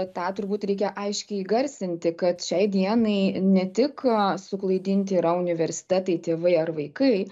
tą turbūt reikia aiškiai įgarsinti kad šiai dienai ne tik suklaidinti yra universitetai tėvai ar vaikai